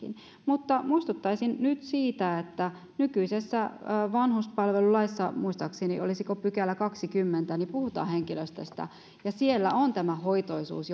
mutta muistuttaisin nyt siitä että nykyisessä vanhuspalvelulaissa olisiko muistaakseni kahdeskymmenes pykälä puhutaan henkilöstöstä ja siellä on tämä hoitoisuus